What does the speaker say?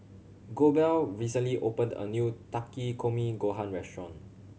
Goebel recently opened a new Takikomi Gohan Restaurant